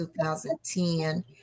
2010